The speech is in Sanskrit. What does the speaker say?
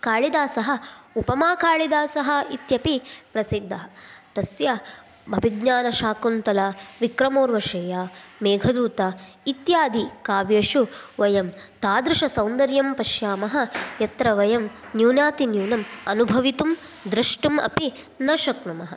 काळिदासः उपमाकाळिदासः इत्यपि प्रसिद्धः तस्य अभिज्ञानशाकुन्तलं विक्रमोर्वशीयं मेघदूतम् इत्यादि काव्येषु वयं तादृशसौन्दर्यं पश्यामः यत्र वयं न्यूनातिन्यूनम् अनुभवितुं द्रष्टुम् अपि न शक्नुमः